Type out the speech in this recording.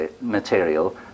material